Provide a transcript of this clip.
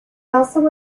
also